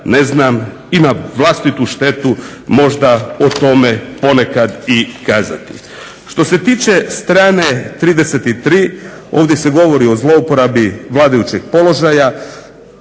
ne znam i na vlastitu štetu možda o tome ponekad i kazati. Što se tiče strane 33 ovdje se govori o zlouporabi vladajućeg položaja,